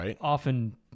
often